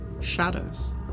Shadows